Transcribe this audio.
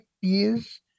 years